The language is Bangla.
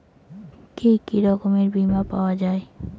কি কি রকমের বিমা পাওয়া য়ায়?